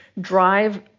drive